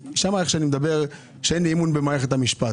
שמעה איך אני מדברת שאין לי אמון במערכת המשפט.